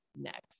next